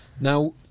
Now